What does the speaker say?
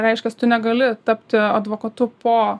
reiškias tu negali tapti advokatu po